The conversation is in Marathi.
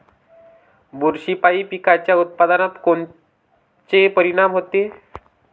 बुरशीपायी पिकाच्या उत्पादनात कोनचे परीनाम होते?